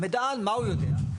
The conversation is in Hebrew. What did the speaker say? המידען מה הוא יודע?